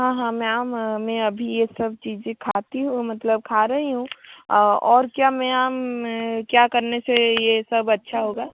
हाँ हाँ मैम में अभी ये सब चीज़े खाती हूँ मतलब खा रही हूँ और क्या मियम क्या करने से ये सब अच्छा होगा